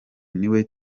niwe